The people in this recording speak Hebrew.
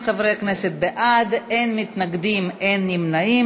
להצעה לסדר-היום ולהעביר את הנושא לוועדת הכלכלה נתקבלה.